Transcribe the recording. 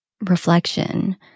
Reflection